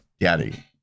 Daddy